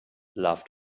laughed